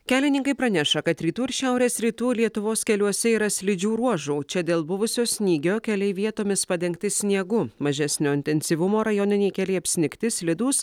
kelininkai praneša kad rytų ir šiaurės rytų lietuvos keliuose yra slidžių ruožų čia dėl buvusio snygio keliai vietomis padengti sniegu mažesnio intensyvumo rajoniniai keliai apsnigti slidūs